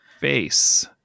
face